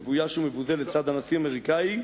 מבויש ומבוזה לצד הנשיא האמריקני,